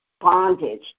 bondage